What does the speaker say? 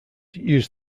used